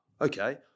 okay